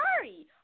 sorry